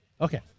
Okay